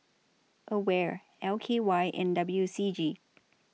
AWARE L K Y and W C G